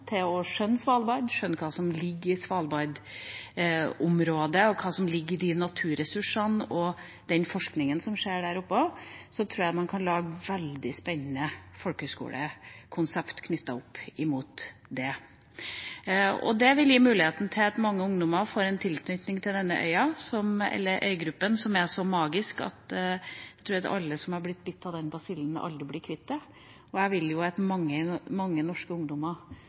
til å skjønne Svalbard, skjønne hva som ligger i Svalbard-området og i de naturressursene og den forskningen som skjer der oppe, tror jeg vi kan lage veldig spennende folkehøyskolekonsept knyttet opp mot det. Det vil gi mulighet til at mange ungdommer får en tilknytning til denne øygruppa, som er så magisk. Jeg tror at alle som er blitt bitt av den basillen, aldri blir kvitt den. Jeg vil at mange norske ungdommer skal ha den følelsen det er å være nært knyttet til Svalbard. Dette svarer på veldig mange